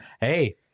Hey